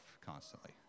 constantly